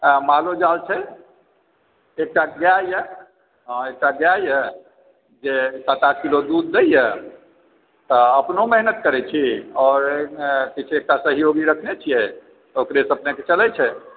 मालोजाल छै एकटा गाय अइ हॅं एकटा गाय अइ जे सात आठ किलो दूध दैया तऽ अपनो मेहनति करै छी और एकटा सहयोगी रखने छियै ओकरे सॅं अपनेके चलै छै